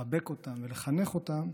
לחבק אותם ולחנך אותם,